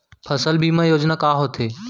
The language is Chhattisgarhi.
फसल बीमा योजना का होथे?